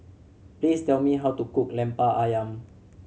please tell me how to cook Lemper Ayam